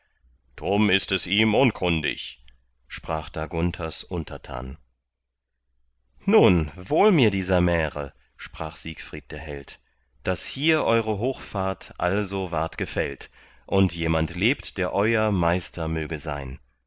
drum ist es ihm unkundig sprach da gunthers untertan nun wohl mir dieser märe sprach siegfried der held daß hier eure hochfahrt also ward gefällt und jemand lebt der euer meister möge sein